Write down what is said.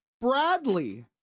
Bradley